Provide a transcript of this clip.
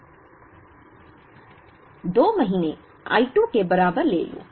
2 महीने i 2 के बराबर ले लो